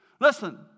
Listen